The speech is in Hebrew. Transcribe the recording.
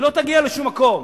היא לא תגיע לשום מקום.